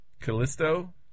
Callisto